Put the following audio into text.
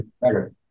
better